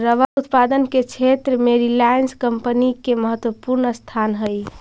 rubber उत्पादन के क्षेत्र में रिलायंस कम्पनी के महत्त्वपूर्ण स्थान हई